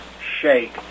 shake